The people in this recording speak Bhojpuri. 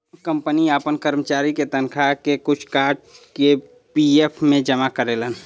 कंपनी आपन करमचारी के तनखा के कुछ काट के पी.एफ मे जमा करेलन